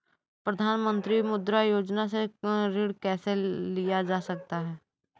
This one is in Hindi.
प्रधानमंत्री मुद्रा योजना से ऋण कैसे लिया जा सकता है?